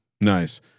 nice